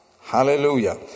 Hallelujah